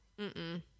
Mm-mm